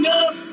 up